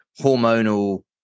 hormonal